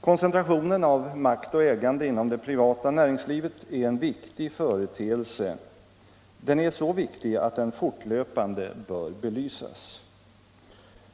Koncentrationen av makt och ägande inom det privata näringslivet är en så viktig företeelse att den fortlöpande bör belysas.